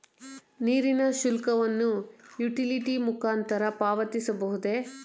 ನೀರಿನ ಶುಲ್ಕವನ್ನು ಯುಟಿಲಿಟಿ ಮುಖಾಂತರ ಪಾವತಿಸಬಹುದೇ?